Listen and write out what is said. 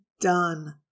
done